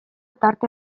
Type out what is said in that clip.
tarte